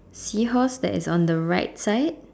seahorse that is on the right side